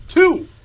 two